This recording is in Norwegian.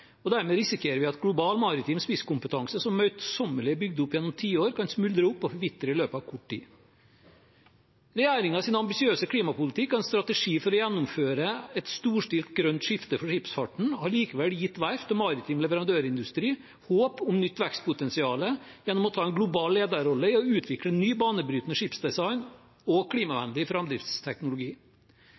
og dermed risikerer vi at global maritim spisskompetanse som er møysommelig bygd opp gjennom tiår, kan smuldre opp og forvitre i løpet av kort tid. Regjeringens ambisiøse klimapolitikk og en strategi for å gjennomføre et storstilt grønt skifte for skipsfarten har likevel gitt verft og maritim leverandørindustri håp om et nytt vekstpotensial gjennom å ta en global lederrolle i å utvikle ny, banebrytende skipsdesign og klimavennlig framdriftsteknologi.